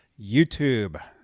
youtube